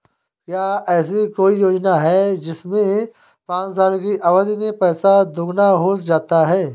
क्या ऐसी कोई योजना है जिसमें पाँच साल की अवधि में पैसा दोगुना हो जाता है?